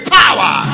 power